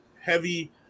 heavy